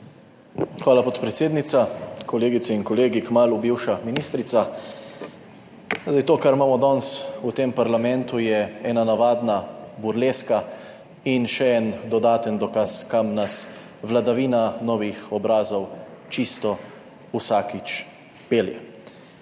Hvala, podpredsednica. Kolegice in kolegi, kmalu bivša ministrica. Zdaj to, kar imamo danes v tem parlamentu je ena navadna burleska in še en dodaten dokaz, kam nas vladavina novih obrazov čisto vsakič pelje.